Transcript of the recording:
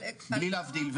בלי להבדיל.